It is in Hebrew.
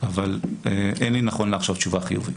אבל אין לי נכון לעכשיו תשובה חיובית.